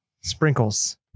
sprinkles